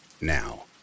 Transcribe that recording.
Now